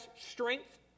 strength